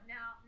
Now